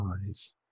eyes